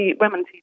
women